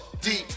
Deep